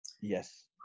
Yes